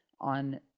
on